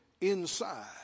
inside